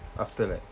after that